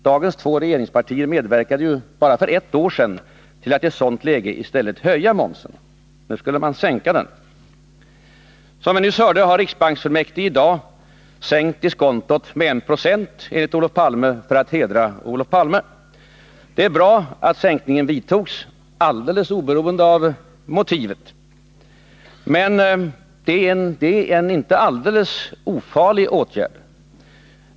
Dagens två regeringspartier medverkade ju för bara ett år sedan till att i ett sådant läge i stället höja momsen. Nu vill man sänka den. Som vi nyss hörde har riksbanksfullmäktige i dag sänkt diskontot med 1 96, enligt Olof Palme för att hedra honom. Det är bra att sänkningen vidtogs, alldeles oberoende av motivet. Men det är en inte alldeles ofarlig åtgärd.